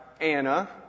Anna